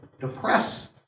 depress